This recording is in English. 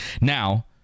Now